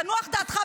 תנוח דעתך,